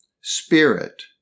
Spirit